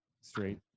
straight